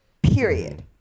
Period